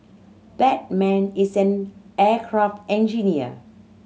that man is an aircraft engineer